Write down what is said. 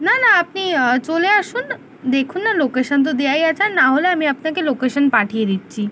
না না আপনি চলে আসুন দেখুন না লোকেশন তো দেয়াই আছে আর নাহলে আমি আপনাকে লোকেশন পাঠিয়ে দিচ্ছি